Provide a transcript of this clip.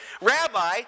rabbi